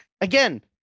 again